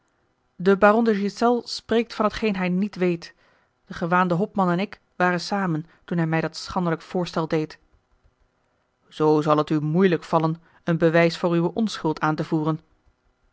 de ghiselles spreekt van t geen hij niet weet de gewaande hopman en ik waren samen toen hij mij dat schandelijk voorstel deed zoo zal het u moeielijk vallen een bewijs voor uwe onschuld aan te voeren